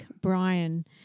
Brian